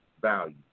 value